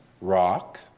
Rock